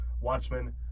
Watchmen